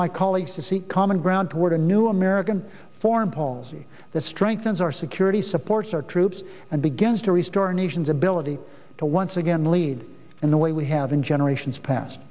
my colleagues to seek common ground toward a new american foreign policy that strengthens our security supports our troops and begins to restore a nation's ability to once again lead in the way we have in